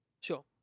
sure